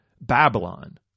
Babylon